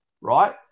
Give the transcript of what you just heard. right